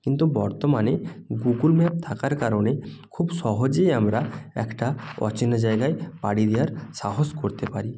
কিন্তু বর্তমানে Google map থাকার কারণে খুব সহজেই আমরা একটা অচেনা জায়গায় পাড়ি দেওয়ার সাহস করতে পারি